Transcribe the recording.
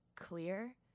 clear